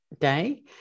day